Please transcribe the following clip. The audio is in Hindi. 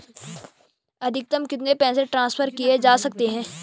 अधिकतम कितने पैसे ट्रांसफर किये जा सकते हैं?